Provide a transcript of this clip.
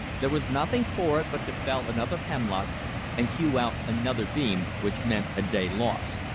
there was nothing for it but to fell another hemlock and hew out another beam, which meant a day lost.